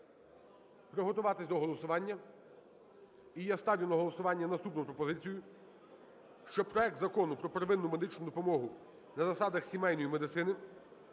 приготуватися до голосування. І я ставлю на голосування наступну пропозицію, що проект Закону про первинну медичну допомогу на засадах сімейної медицини